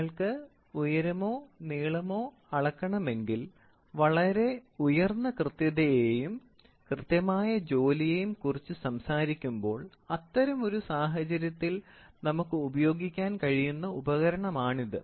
നിങ്ങൾക്ക് ഉയരമോ നീളമോ അളക്കണമെങ്കിൽ വളരെ ഉയർന്ന കൃത്യതയെയും കൃത്യമായ ജോലിയെയും കുറിച്ച് സംസാരിക്കുമ്പോൾ അത്തരമൊരു സാഹചര്യത്തിൽ നമുക്ക് ഉപയോഗിക്കാൻ കഴിയുന്ന ഉപകരണമാണിത്